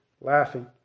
laughing